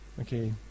Okay